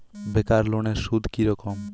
বেকার লোনের সুদ কি রকম?